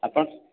ଆପଣ